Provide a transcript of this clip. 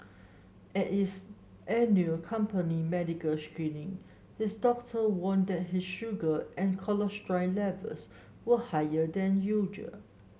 at its annual company medical screening his doctor warned that he sugar and cholesterol levels were higher than usual